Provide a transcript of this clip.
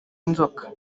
inzoka